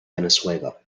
venezuela